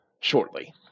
shortly